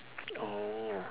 oh